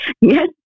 Yes